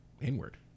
inward